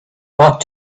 what